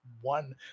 one